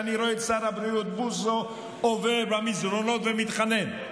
אני רואה את שר הבריאות בוסו עובר במסדרונות ומתחנן.